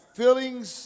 feelings